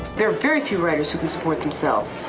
there are very few writers who can support themselves.